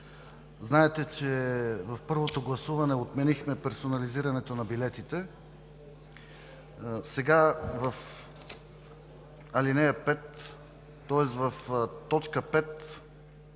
Знаете, че в първото гласуване отменихме персонализирането на билетите. Сега в ал. 5, тоест в т. 5,